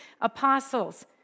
apostles